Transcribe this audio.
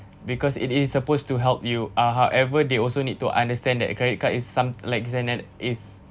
because it is supposed to help you ah however they also need to understand that a credit card is some like it's and ad~ it's